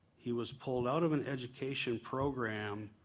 he was pulled out of an education program